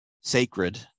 sacred